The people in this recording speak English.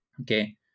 Okay